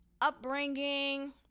upbringing